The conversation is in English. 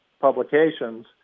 publications